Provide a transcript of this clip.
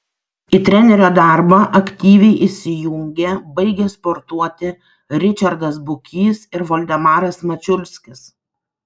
į trenerio darbą aktyviai įsijungė baigę sportuoti ričardas bukys ir voldemaras mačiulskis